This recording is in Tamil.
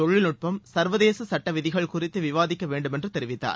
தொழில்நுட்பம் சர்வதேச சட்டவிதிகள் குறித்து விவாதிக்க வேண்டும் என்று தெரிவித்தார்